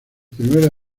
primera